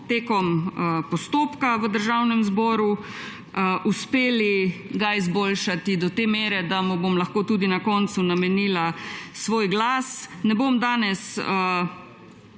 tekom postopka v Državnem zboru uspeli izboljšati do te mere, da mu bom lahko tudi na koncu namenila svoj glas. Danes